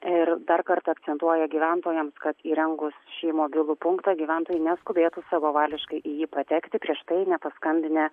ir dar kartą akcentuoja gyventojams kad įrengus šį mobilų punktą gyventojai neskubėtų savavališkai į jį patekti prieš tai nepaskambinę